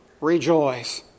Rejoice